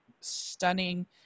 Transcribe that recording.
stunning